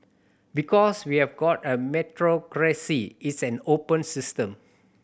because we have got a meritocracy it's an open system